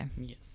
Yes